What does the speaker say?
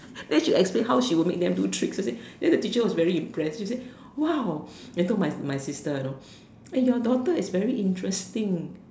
then she will explain how she make will make them do tricks and said then the teacher was very impressed she said !wow! then told my my sister you know eh your daughter is very interesting